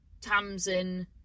Tamsin